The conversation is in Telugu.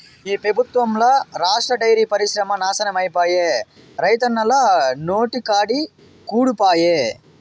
ఈ పెబుత్వంల రాష్ట్ర డైరీ పరిశ్రమ నాశనమైపాయే, రైతన్నల నోటికాడి కూడు పాయె